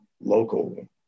local